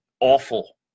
awful